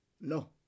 No